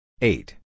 Eight